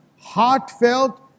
heartfelt